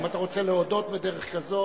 אם אתה רוצה להודות בדרך כזאת,